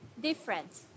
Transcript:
Different